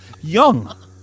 young